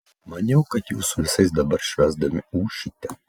maniau kad jūs su visais dabar švęsdami ūšite